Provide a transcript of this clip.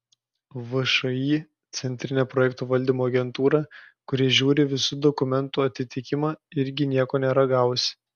všį centrinė projektų valdymo agentūra kuri žiūri visų dokumentų atitikimą irgi nieko nėra gavusi